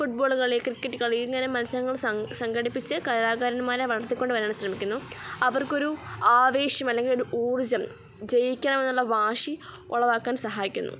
ഫുട് ball കളി cricket കളി ഇങ്ങനെ മത്സരങ്ങൾ സങ് സംഘടിപ്പിച്ച് കലാകാരന്മാരെ വളർത്തിക്കൊണ്ടുവരാൻ സഹായിക്കുന്നു അവർക്കൊരു ആവേശം അല്ലെങ്കിലൊരു ഊർജം ജയിക്കണം എന്നുള്ള വാശി ഉളവാക്കാൻ സഹായിക്കുന്നു